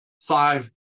five